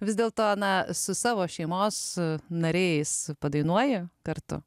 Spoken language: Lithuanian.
vis dėlto ana su savo šeimos nariais padainuoja kartu